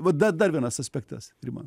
va da dar vienas aspektas rima